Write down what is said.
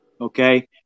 okay